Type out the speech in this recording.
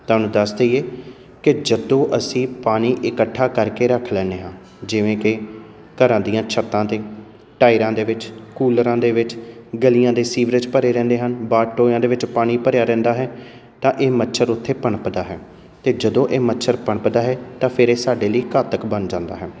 ਤੁਹਾਨੂੰ ਦੱਸ ਦੇਈਏ ਕਿ ਜਦੋਂ ਅਸੀਂ ਪਾਣੀ ਇਕੱਠਾ ਕਰਕੇ ਰੱਖ ਲੈਂਦੇ ਹਾਂ ਜਿਵੇਂ ਕਿ ਘਰਾਂ ਦੀਆਂ ਛੱਤਾਂ 'ਤੇ ਟਾਇਰਾਂ ਦੇ ਵਿੱਚ ਕੂਲਰਾਂ ਦੇ ਵਿੱਚ ਗਲੀਆਂ ਦੇ ਸੀਵਰੇਜ ਭਰੇ ਰਹਿੰਦੇ ਹਨ ਬਾਹਰ ਟੋਇਆਂ ਦੇ ਵਿੱਚ ਪਾਣੀ ਭਰਿਆ ਰਹਿੰਦਾ ਹੈ ਤਾਂ ਇਹ ਮੱਛਰ ਉੱਥੇ ਪਣਪਦਾ ਹੈ ਅਤੇ ਜਦੋਂ ਇਹ ਮੱਛਰ ਪਣਪਦਾ ਹੈ ਤਾਂ ਫਿਰ ਇਹ ਸਾਡੇ ਲਈ ਘਾਤਕ ਬਣ ਜਾਂਦਾ ਹੈ